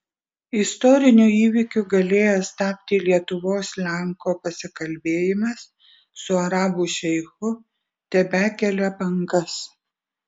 istoriniu įvykiu galėjęs tapti lietuvos lenko pasikalbėjimas su arabų šeichu tebekelia bangas